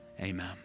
Amen